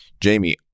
Jamie